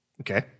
Okay